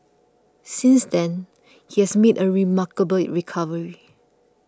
since then he has made a remarkable recovery